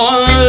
One